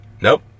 Nope